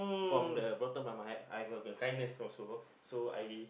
form the bottle of my mind I've got the kindness also so I